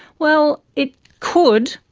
well, it could,